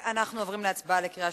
אנחנו עוברים להצבעה בקריאה